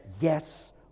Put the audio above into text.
yes